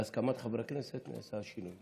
בהסכמת חברי הכנסת נעשה השינוי.